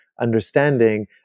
understanding